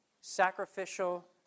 sacrificial